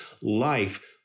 life